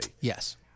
Yes